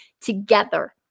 together